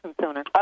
sooner